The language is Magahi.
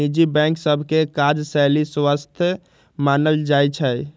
निजी बैंक सभ के काजशैली स्वस्थ मानल जाइ छइ